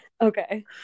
okay